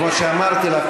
כמו שאמרתי לך,